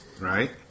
Right